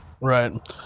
Right